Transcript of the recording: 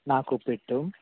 ನಾಲ್ಕು ಉಪ್ಪಿಟ್ಟು